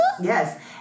Yes